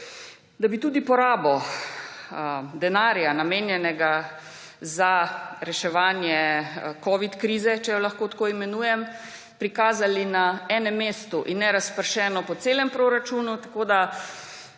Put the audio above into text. da bi tudi porabo denarja, namenjenega za reševanje covidne krize, če jo lahko tako imenujem, prikazali na enem mestu in ne razpršeno po celem proračunu. Tako da